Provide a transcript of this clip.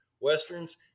Westerns